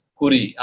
kuri